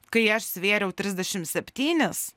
kai aš svėriau trisdešimt septynis